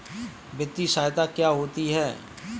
वित्तीय सहायता क्या होती है?